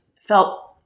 felt –